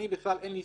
לא משלם.